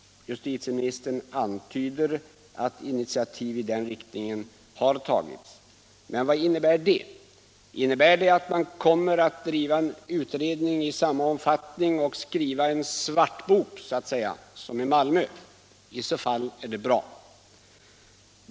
Justitieministern antyder att initiativ i den riktningen har tagits. Men vad innebär det? Kommer man att göra en motsvarande utredning av samma omfattning och att skriva en ”svart — Nr 43 bok” som i Malmö? I så fall är det bra.